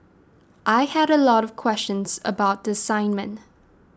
I had a lot of questions about the assignment